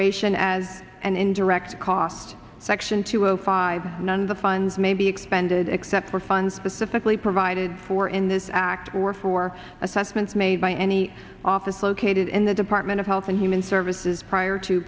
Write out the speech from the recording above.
ration as an indirect cost section two zero five one the funds maybe it bended except for funds specifically provided for in this act or for assessments made by any office located in the department of health and human services prior to